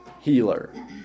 healer